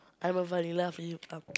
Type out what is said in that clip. I'm a vanilla fl~ um